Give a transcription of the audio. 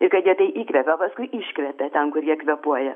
ir kad jie tai įkvėpia paskui iškvėpia ten kur jie kvėpuoja